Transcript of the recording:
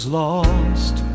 lost